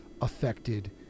affected